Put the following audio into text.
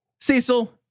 Cecil